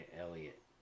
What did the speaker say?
Elliott